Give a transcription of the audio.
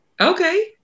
Okay